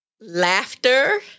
laughter